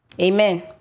Amen